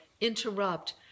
interrupt